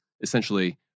essentially